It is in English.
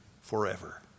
forever